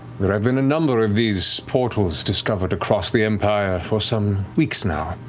there have been a number of these portals discovered across the empire for some weeks now,